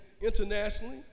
Internationally